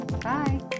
Bye